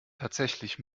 tatsächlich